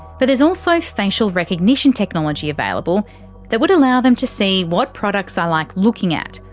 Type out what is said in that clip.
but there's also facial recognition technology available that would allow them to see what products i like looking at,